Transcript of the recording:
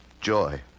Joy